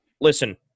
listen